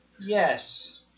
Yes